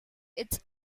its